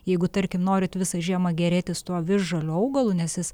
jeigu tarkim norit visą žiemą gėrėtis tuo visžaliu augalu nes jis